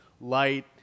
light